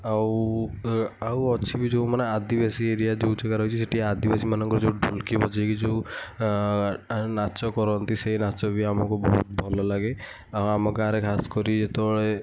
ଆଉ ଆଉ ଅଛି ବି ଯେଉଁମାନେ ଆଦିବାସୀ ଏରିଆ ଯେଉଁଠିକାରେ ଅଛି ସେଠି ଆଦିବାସୀ ମାନଙ୍କ ଯେଉଁ ଢୋଲକି ବଜାଇ ଯେଉଁ ନାଚ କରନ୍ତି ସେ ନାଚ ବି ଆମକୁ ବହୁତ ଭଲ ଲାଗେ ଆଉ ଆମ ଗାଁରେ ଖାସ କରି ଯେତେବେଳେ